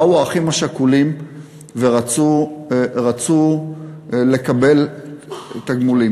באו האחים השכולים ורצו לקבל תגמולים.